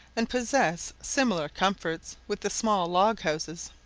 and possessed similar comforts with the small log-houses.